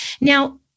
Now